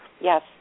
Yes